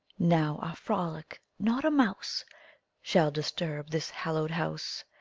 now are frolic. not a mouse shall disturb this hallowed house.